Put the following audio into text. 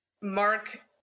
Mark